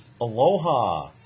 Aloha